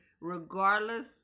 regardless